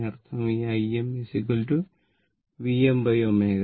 അതിനർത്ഥം ഈ Im Vmω L